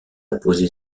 apposée